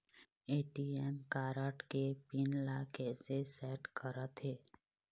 ATM card के pin ला कैसे सेट करथे?